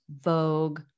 Vogue